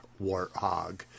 warthog